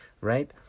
Right